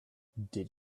did